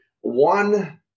one